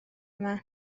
yma